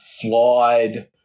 flawed